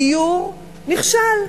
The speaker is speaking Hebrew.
דיור, נכשל,